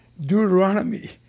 Deuteronomy